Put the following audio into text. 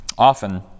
often